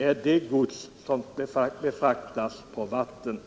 av gods är den som går på vatten.